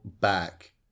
back